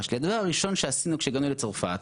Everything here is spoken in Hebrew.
שלי והדבר הראשון שעשינו כשהגענו לצרפת